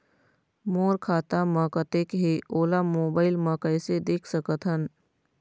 मोर खाता म कतेक हे ओला मोबाइल म कइसे देख सकत हन?